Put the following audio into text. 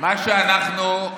מה שאנחנו,